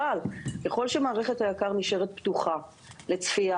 אבל ככל שמערכת היק"ר נשארת פתוחה לצפייה